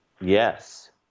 Yes